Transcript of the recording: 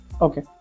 Okay